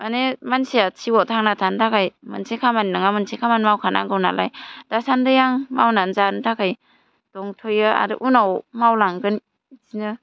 माने मानसिया जिउआव थांना थानो थाखाय मोनसे खामानि नङा मोनसे खामानि मावखानांगौ नालाय दासान्दै आं मावना जानो थाखै दंथ'यो आरो उनाव मावलांगोन बिदिनो